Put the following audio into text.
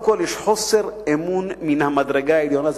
אני רוצה שתדע: קודם כול יש חוסר אמון מן המדרגה העליונה.